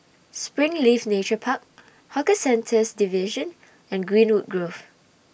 Springleaf Nature Park Hawker Centres Division and Greenwood Grove